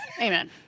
Amen